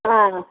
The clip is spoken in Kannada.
ಹಾಂ